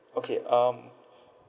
okay um